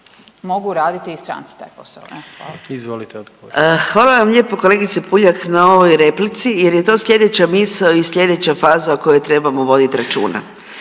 **Mrak-Taritaš, Anka (GLAS)** Hvala vam lijepo kolegice Puljak na ovoj replici jer je to slijedeća misao i slijedeća faza o kojoj trebamo vodit računa.